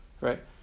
Right